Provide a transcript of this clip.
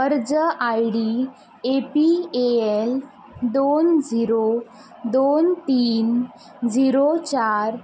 अर्ज I D A P A L दोन zero दोन तीन झिरो चार